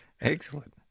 Excellent